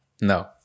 No